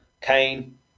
Kane